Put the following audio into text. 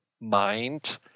mind